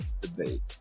debate